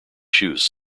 shoes